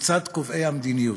מצד קובעי המדיניות.